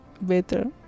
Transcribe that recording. better